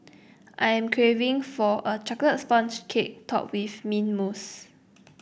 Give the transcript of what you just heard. I am craving for a chocolate sponge cake topped with mint mousse